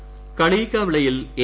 I കളിയിക്കാവിളയിൽ A